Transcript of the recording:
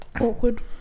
Awkward